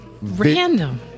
Random